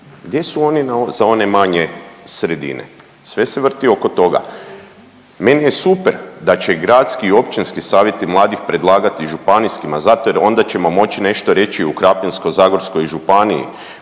Gdje su oni za one manje sredine? Sve se vrti oko toga. Meni je super da će i gradski i općinski savjeti mladih predlagati županijskima zato jer onda ćemo moći nešto reći i u Krapinsko-zagorskoj županiji.